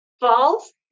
false